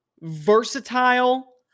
versatile